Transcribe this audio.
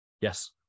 Yes